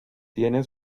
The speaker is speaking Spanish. tiene